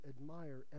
admire